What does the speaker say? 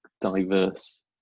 diverse